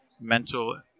mental